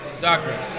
Doctor